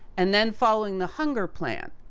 and then, following the hunger plan,